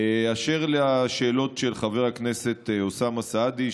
אשר לשאלות של חבר הכנסת אוסאמה סעדי,